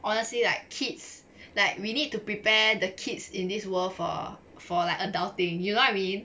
honestly like kids like we need to prepare the kids in this world for for like adulting you know what I mean